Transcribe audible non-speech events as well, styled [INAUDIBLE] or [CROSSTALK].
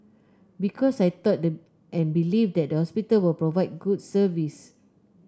because I thought [UNINTELLIGIBLE] and believe that the hospital will provide good service